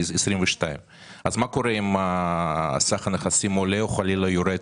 2022. מה קורה אם סך הנכסים עולה או יורד,